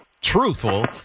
truthful